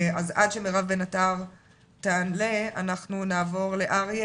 אז עד שמירב בן עטר תעלה, אנחנו נעבור לאוריה